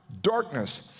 darkness